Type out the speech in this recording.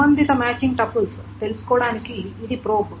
సంబంధిత matching tuples తెలుసుకోవడానికి ఇది ప్రోబ్